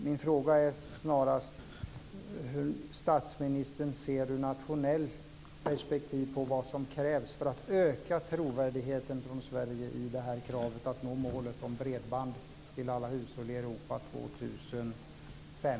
Min fråga är snarast hur statsministern ser på vad som i nationellt perspektiv krävs för att öka trovärdigheten från Sverige för kravet att nå målet om bredband till alla hushåll i Europa 2005?